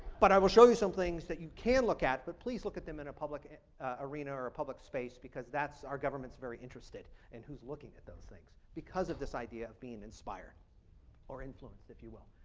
but i will show you some things that you can look at but please look at them in a public arena or a public space because that's our governments very interested in who is looking at those things because of this idea of being inspired or influenced if you will.